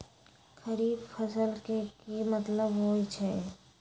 खरीफ फसल के की मतलब होइ छइ?